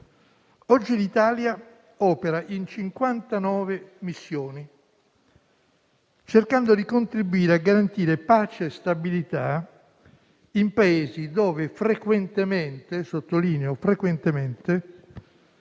Oggi l'Italia opera in cinquantanove missioni, cercando di contribuire a garantire pace e stabilità in Paesi dove frequentemente - sottolineo «frequentemente»